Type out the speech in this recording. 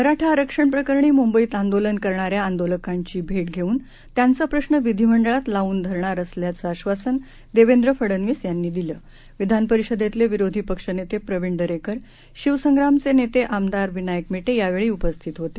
मराठा आरक्षण प्रकरणी मुंबईत आंदोलन करणाऱ्या आंदोलकांची भेट घेऊन त्यांचा प्रश्न विधीमंडळात लावून धरणार असल्याचं आश्वासन देवेंद्र फडनवीस यांनी दिलं विधान परिषदेतले विरोधी पक्षनेते प्रवीण दरेकर शिवसंग्रामचे नेते आमदार विनायक मेटे यावेळी उपस्थित होते